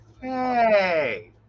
Hey